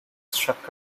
struck